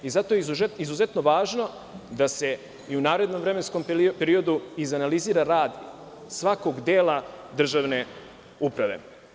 Zato je izuzetno važno da se i u narednom vremenskom periodu izanalizira rad svakog dela državne uprave.